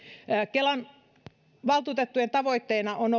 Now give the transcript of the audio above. kelan valtuutettujen tavoitteena on